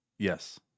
Yes